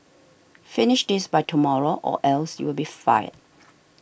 finish this by tomorrow or else you'll be fired